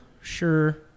sure